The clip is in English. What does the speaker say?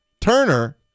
Turner